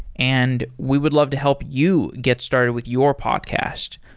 and we would love to help you get started with your podcast.